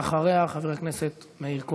אחריה, חבר הכנסת מאיר כהן.